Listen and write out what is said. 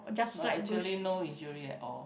but actually no injury at all